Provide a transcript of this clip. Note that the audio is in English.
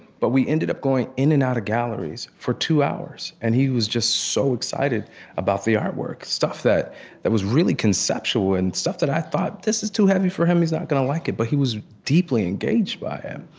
but we ended up going in and out of galleries for two hours. and he was just so excited about the artwork, stuff that that was really conceptual and stuff that i thought, this is too heavy for him. he's not going to like it. but he was deeply engaged by it.